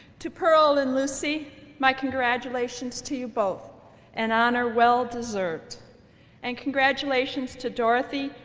to pearl and lucy my congratulations to you both and honor well-deserved and congratulations to dorothy,